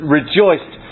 rejoiced